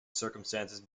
circumstances